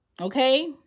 okay